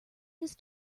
his